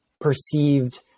perceived